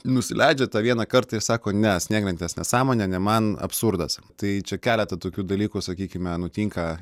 nusileidžia tą vieną kartą ir sako ne snieglentės nesąmonė ne man absurdas tai čia keletą tokių dalykų sakykime nutinka